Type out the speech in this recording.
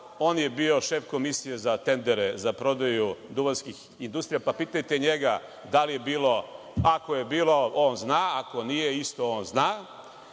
On je bio šef komisije za tendere za prodaju duvanskih industrija, pa pitajte njega da li je bilo? Ako je bilo on zna, ako nije isto, on zna. Što